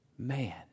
Man